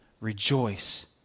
rejoice